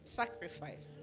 sacrifice